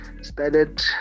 started